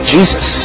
Jesus